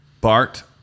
Bart